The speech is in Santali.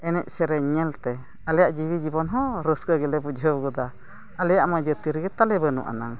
ᱮᱱᱮᱡ ᱥᱮᱨᱮᱧ ᱧᱮᱞᱛᱮ ᱟᱞᱮᱭᱟᱜ ᱡᱤᱣᱤ ᱡᱤᱵᱚᱱ ᱦᱚᱸ ᱨᱟᱹᱥᱠᱟᱹ ᱜᱮᱞᱮ ᱵᱩᱡᱷᱟᱹᱣ ᱜᱚᱫᱟ ᱟᱞᱮᱭᱟᱜᱼᱢᱟ ᱡᱟᱹᱛᱤ ᱨᱮᱜᱮ ᱛᱟᱞᱮ ᱵᱟᱹᱱᱩᱜᱼᱟᱱᱟ